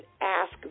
ask